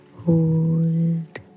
Hold